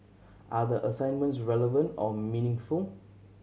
are the assignments relevant or meaningful